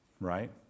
Right